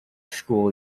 school